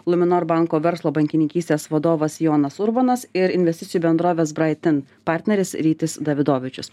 luminor banko verslo bankininkystės vadovas jonas urbonas ir investicijų bendrovės braitin partneris rytis davidovičius